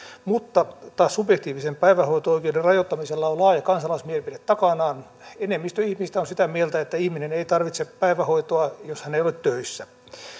mutta taas subjektiivisen päivähoito oikeuden rajoittamisella on laaja kansalaismielipide takanaan enemmistö ihmisistä on sitä mieltä että ihminen ei tarvitse päivähoitoa jos hän ei ole töissä